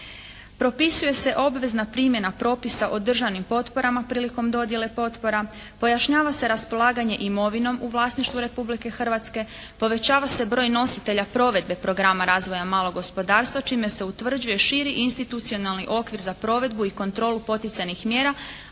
propisuje se obvezna primjena propisa o državnim potporama prilikom dodjele potpora, pojašnjava se raspolaganje imovinom u vlasništvu Republike Hrvatske, povećava se broj nositelja provedbe programa razvoja malog gospodarstva čime se utvrđuje širi institucionalni okvir za provedbu i kontrolu poticajnih mjera,